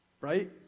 Right